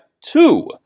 two